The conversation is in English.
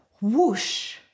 whoosh